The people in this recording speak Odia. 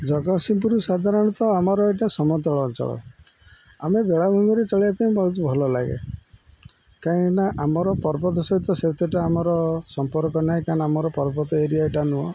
ଜଗତସିଂପୁରରୁ ସାଧାରଣତଃ ଆମର ଏଇଟା ସମତଳ ଅଞ୍ଚଳ ଆମେ ବେଳାଭୂମିରେ ଚଳାଇବା ପାଇଁ ବହୁତ ଭଲ ଲାଗେ କାହିଁକିନା ଆମର ପର୍ବତ ସହିତ ସେତେଟା ଆମର ସମ୍ପର୍କ ନାହିଁ କାରଣ ଆମର ପର୍ବତ ଏରିଆ ଏଟା ନୁହଁ